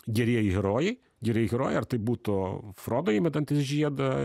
gerieji herojai gerieji herojai ar tai būtų frodo įmetantis žiedą